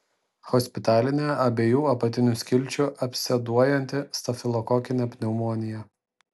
hospitalinė abiejų apatinių skilčių absceduojanti stafilokokinė pneumonija